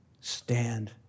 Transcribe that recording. stand